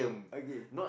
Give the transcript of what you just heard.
okay